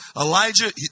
Elijah